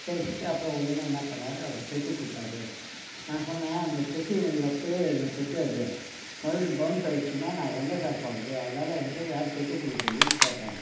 பேசிவிட்டு அப்புறம் உடனே என்ன பண்ணார் அவர் செக்கு கொடுத்தாரு நான் சொன்னேன் அந்த செக்கு எப்பவோ எழுதின செக் அது மறுபடியும் பவுன்ஸ் ஆகிருச்சுன்னா நான் எங்கே சார் போகிறது அதனால எனக்கு வேற செக்கு கொடுக்க சொல்லி நான் கேட்டேன்